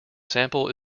sample